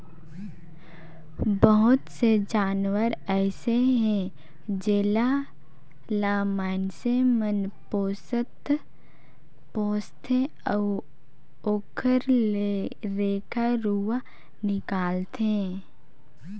बहुत से जानवर अइसे हे जेला ल माइनसे मन पोसथे अउ ओखर ले रेखा रुवा निकालथे